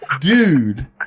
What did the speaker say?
dude